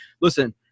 Listen